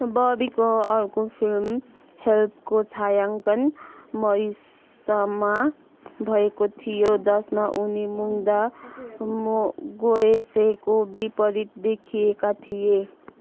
बबीको अर्को फिल्म हेल्पको छायाङ्कन मरिससमा भएको थियो जसमा उनी मुग्धा मो गोडसेको विपरीत देखिएका थिए